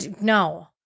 No